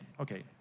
Okay